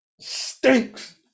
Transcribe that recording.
stinks